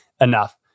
enough